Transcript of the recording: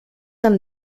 amb